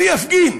אני אפגין.